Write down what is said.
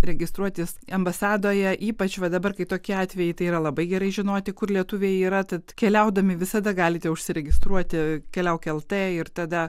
registruotis ambasadoje ypač va dabar kai tokie atvejai tai yra labai gerai žinoti kur lietuviai yra tad keliaudami visada galite užsiregistruoti keliauk lt ir tada